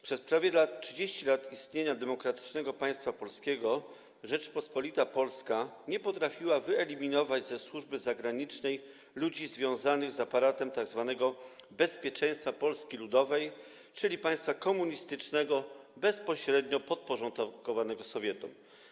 Przez prawie 30 lat istnienia demokratycznego państwa polskiego Rzeczpospolita Polska nie potrafiła wyeliminować ze służby zagranicznej ludzi związanych z aparatem tzw. bezpieczeństwa Polski Ludowej, czyli państwa komunistycznego bezpośrednio podporządkowanego Sowietom.